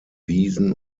wiesen